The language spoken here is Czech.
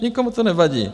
Nikomu to nevadí.